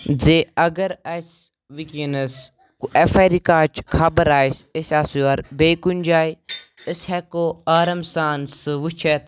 زِ اگر اَسہِ وٕکٮ۪نَس اٮ۪فرِکاچہِ خبر آسہِ أسۍ آسو یورٕ بیٚیہِ کُنہِ جاے أسۍ ہٮ۪کو آرام سان سُہ وٕچھِتھ